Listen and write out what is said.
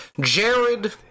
Jared